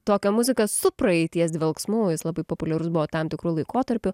tokio muzika su praeities dvelksmu jis labai populiarus buvo tam tikru laikotarpiu